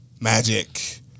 magic